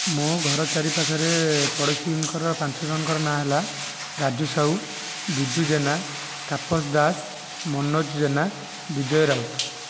ମୋ ଘର ଚାରିପାଖରେ ପଡ଼ୋଶୀଙ୍କର ପାଞ୍ଚ ଜଣଙ୍କର ନାଁ ହେଲା ରାଜୁ ସାହୁ ବିଜୁ ଜେନା ତାପସ ଦାସ ମନୋଜ ଜେନା ବିଜୟ ରାଉତ